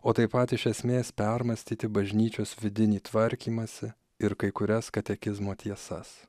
o taip pat iš esmės permąstyti bažnyčios vidinį tvarkymąsi ir kai kurias katekizmo tiesas